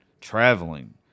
traveling